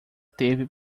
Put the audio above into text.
teve